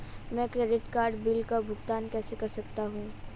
मैं credit card bill का भुगतान कैसे कर सकता हूं?